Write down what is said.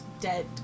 dead